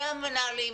מהמנהלים,